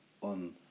on